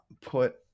put